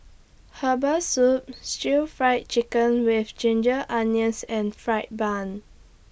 Herbal Soup Stir Fry Chicken with Ginger Onions and Fried Bun